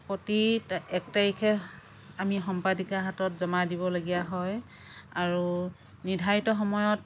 প্ৰতি এক তাৰিখে আমি সম্পাদিকাৰ হাতত জমা দিবলগীয়া হয় আৰু নিৰ্ধাৰিত সময়ত